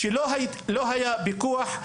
היא שלא היו פיקוח,